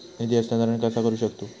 निधी हस्तांतर कसा करू शकतू?